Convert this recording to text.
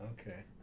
Okay